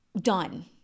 done